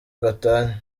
gatanya